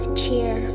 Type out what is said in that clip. cheer